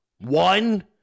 One